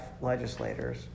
legislators